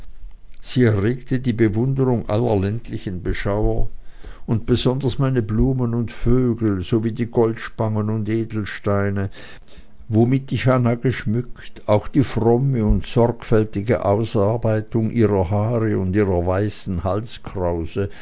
sie erregte die bewunderung aller ländlichen beschauer und besonders meine blumen und vögel sowie die goldspangen und edelsteine womit ich anna geschmückt auch die fromme und sorgfältige ausarbeitung ihrer haare und ihrer weißen halskrause